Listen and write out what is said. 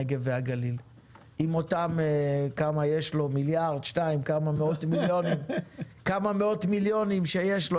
הנגב והגליל עם אותם כמה מאות מיליונים שיש לו?